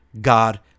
God